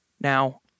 Now